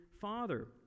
father